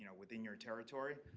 you know within your territory.